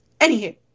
Anywho